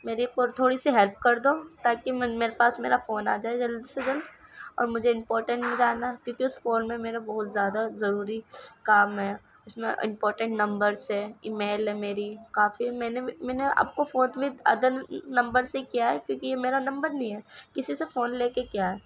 میری ایک اور تھوڑی سی ہیلپ کر دو تاکہ میں میرے پاس میرا فون آ جائے جلد سے جلد اور مجھے امپارٹینٹ میں جانا کیونکہ اس فون میں میرا بہت زیادہ ضروری کام ہے اس میں امپارٹینٹ نمبرس ہے ای میل ہے میری کافی میں نے میں نے آپ کو فون بھی ادر نمبر سے کیا ہے کیونکہ یہ میرا نمبر نہیں ہے کسی سے فون لے کے کیا ہے